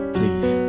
Please